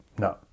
No